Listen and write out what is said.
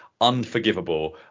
unforgivable